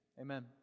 Amen